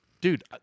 Dude